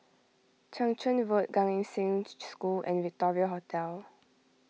Chang Charn Road Gan Eng Seng School and Victoria Hotel